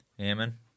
Amen